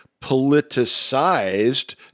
politicized